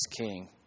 king